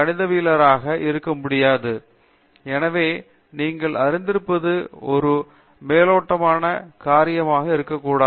பேராசிரியர் பிரதாப் ஹரிதாஸ் எனவே நீங்கள் அறிந்திருப்பது ஒரு மேலோட்டமான காரியமாக இருக்கக்கூடாது